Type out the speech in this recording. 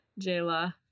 Jayla